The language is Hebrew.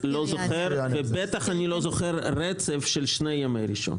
אני בטח לא זוכר רצף של שני ימי ראשון.